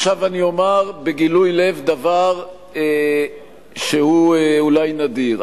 אני אומַר בגילוי לב דבר שהוא אולי נדיר.